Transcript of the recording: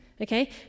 okay